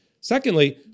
Secondly